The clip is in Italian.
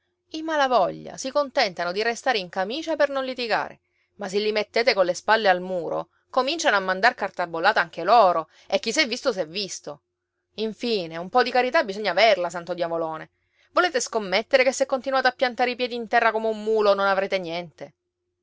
i malavoglia si contentano di restare in camicia per non litigare ma se li mettete colle spalle al muro cominciano a mandar carta bollata anche loro e chi s'è visto s'è visto infine un po di carità bisogna averla santo diavolone volete scommettere che se continuate a piantare i piedi in terra come un mulo non avrete niente